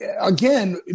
again